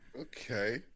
Okay